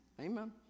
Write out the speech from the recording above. Amen